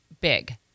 big